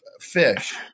fish